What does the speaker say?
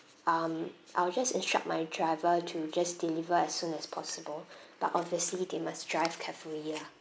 um I will just instruct my driver to just deliver as soon as possible but obviously they must drive carefully yeah